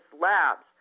labs